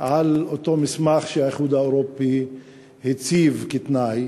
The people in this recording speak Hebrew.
על אותו מסמך שהאיחוד האירופי הציב כתנאי.